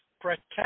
protect